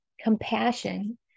compassion